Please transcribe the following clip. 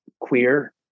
queer